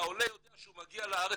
שהעולה יודע שהוא מגיע לארץ,